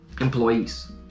employees